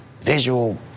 visual